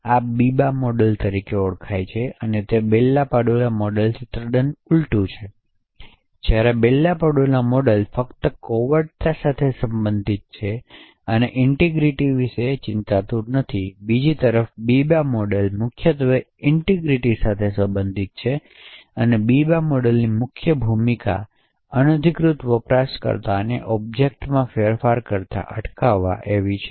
આ Biba model તરીકે ઓળખાય છે અને તે બેલ લાપડુલા મોડેલથી ઉલટું છે જ્યારે બેલ લાપડુલા મોlડેલ ફક્ત કોવેર્ટતા સાથે સંબંધિત છે અને ઇનટીગ્રીટી વિશે ચિંતાતુર નથી બીજી તરફ બીબા મોડેલ મુખ્યત્વે ઇનટીગ્રીટી સાથે સંબંધિત છે તેથી બીબા મોડેલની મુખ્ય ભૂમિકા અનધિકૃત વપરાશકર્તાઓને ઓબ્જેક્ટમાં ફેરફાર કરતા અટકાવવી છે